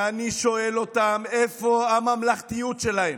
ואני שואל אותם: איפה הממלכתיות שלהם?